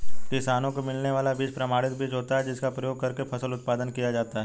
किसानों को मिलने वाला बीज प्रमाणित बीज होता है जिसका प्रयोग करके फसल उत्पादन किया जाता है